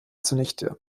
zunichte